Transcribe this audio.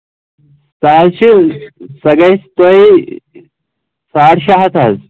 سۄ حظ چھِ سۄ گژھِ تۄہہِ ساڈ شےٚ ہتھ حظ